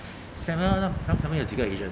se~ seminar count how many 有几个 asian